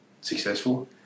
successful